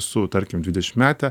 su tarkim dvidešimtmete